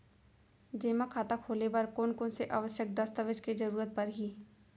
जेमा खाता खोले बर कोन कोन से आवश्यक दस्तावेज के जरूरत परही?